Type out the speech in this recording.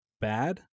bad